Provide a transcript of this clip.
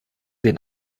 den